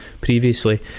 previously